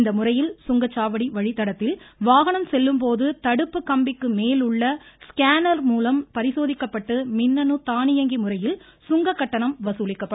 இந்த முறையில் சுங்கச்சாவடி வழித்தடத்தில் வாகனம் செல்லும்போது தடுப்பு கம்பிக்கு மேல் உள்ள ஸ்கேனர் மூலம் பரிசோதிக்கப்பட்டு மின்னணு தானியங்கி முறையில் சுங்க கட்டணம் வசூலிக்கப்படும்